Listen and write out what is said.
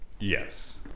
Yes